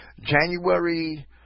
January